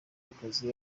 akazi